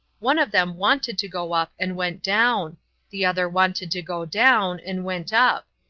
one of them wanted to go up and went down the other wanted to go down and went up.